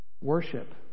Worship